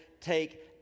take